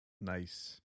Nice